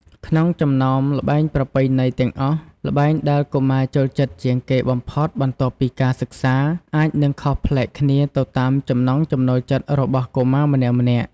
ក្នុងចំណោមល្បែងប្រពៃណីទាំងអស់ ល្បែងដែលកុមារចូលចិត្តជាងគេបំផុតបន្ទាប់ពីការសិក្សា អាចនឹងខុសប្លែកគ្នាទៅតាមចំណង់ចំណូលចិត្តរបស់កុមារម្នាក់ៗ។